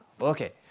Okay